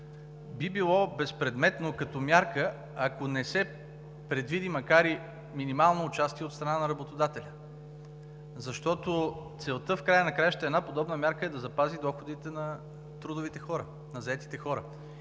би било безпредметно като мярка, ако не се предвиди макар и минимално участие от страна на работодателя. Защото целта в края на краищата е една подобна мярка да запази доходите на заетите хора.